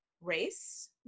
race